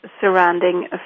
surrounding